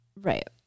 Right